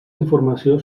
informació